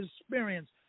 experience